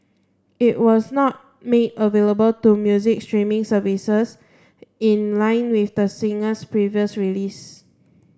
it was not made available to music streaming services in line with the singer's previous release